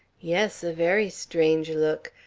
yes a very strange look.